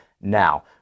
Now